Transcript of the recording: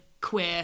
queer